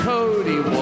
Cody